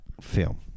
film